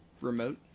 remote